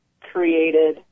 created